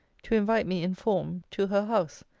to invite me in form to her house,